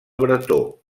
bretó